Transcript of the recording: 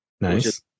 nice